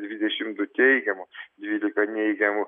dvidešim du teigiamų dvylika neigiamų